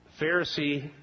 Pharisee